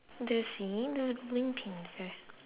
the scene has bowling pins eh